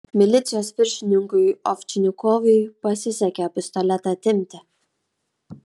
milicijos viršininkui ovčinikovui pasisekė pistoletą atimti